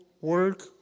work